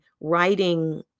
writing